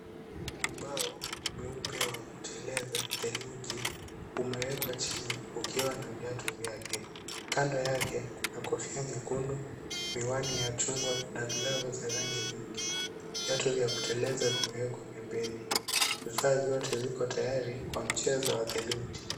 Ubao mweupe wa kuteleza kwa theluji umewekwa chini ukiwa na viatu vyake. Kando yake kuna kofia nyekundu, miwani ya chungwa na glafu za rangi nyingi. Viatu vya kuteleza vimewekwa pembeni, vifaa vyote viko tayari kwa mchezo wa theluji.